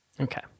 Okay